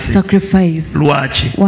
sacrifice